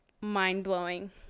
mind-blowing